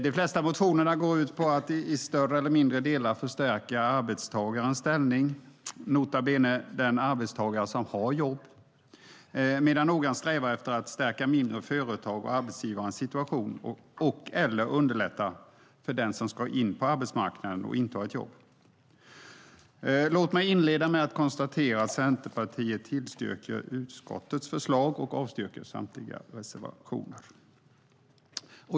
De flesta motionerna går ut på att i större eller mindre delar förstärka arbetstagarens ställning - nota bene den arbetstagare som har jobb - medan några strävar efter att stärka mindre företag och arbetsgivarens situation eller underlätta för den som ska in på arbetsmarknaden och inte har ett jobb. Låt mig inleda med att konstatera att Centerpartiet tillstyrker utskottets förslag och avstyrker samtliga reservationer.